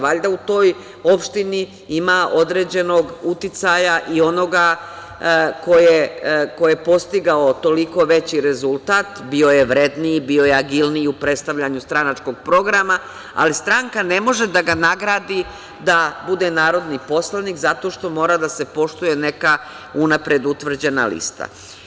Valjda u toj opštini ima određenog uticaja i onoga ko je postigao toliko veći rezultat, bio je vredniji, bio je agilniji u predstavljanju stranačkog programa, ali stranka ne može da ga nagradi da bude narodni poslanik zato što mora da se poštuje unapred neka utvrđena lista.